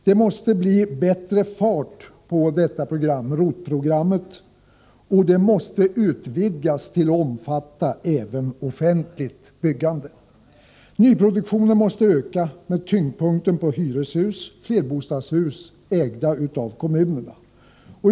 Det måste bli bättre fart på ROT-programmet, och det måste utvidgas till att omfatta även offentligt byggande. Nyproduktionen måste öka med tyngdpunkten på hyreshus/flerbostadshus ägda av kommu nerna.